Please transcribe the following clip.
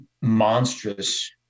monstrous